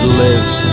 lives